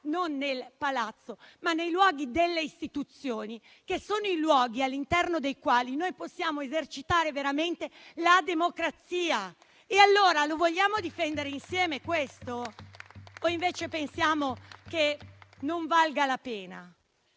non nel Palazzo, ma nei luoghi delle istituzioni che sono i luoghi all'interno dei quali noi possiamo esercitare veramente la democrazia. Lo vogliamo difendere insieme, questo, oppure pensiamo che non ne valga la pena?